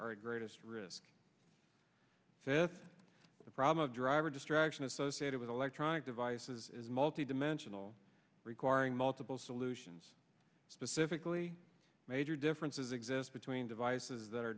at greatest risk with the problem of driver distraction associated with electronic devices is multi dimensional requiring multiple solutions specifically major differences exist between devices that are